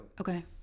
Okay